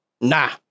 Nah